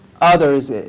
others